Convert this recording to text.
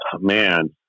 man